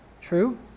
true